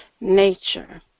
nature